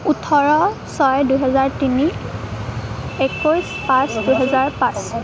ওঠৰ ছয় দুহেজাৰ তিনি একৈশ পাঁচ দুহেজাৰ পাঁচ